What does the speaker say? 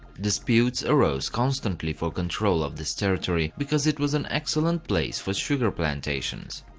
disputes arose constantly for control of this territory, because it was an excellent place for sugar plantations.